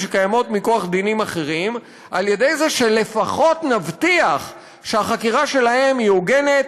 מכוח דינים אחרים על-ידי זה שלפחות נבטיח שהחקירה שלהם היא הוגנת,